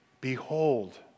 Behold